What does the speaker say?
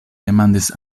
demandis